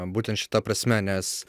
būtent šita prasme nes